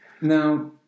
Now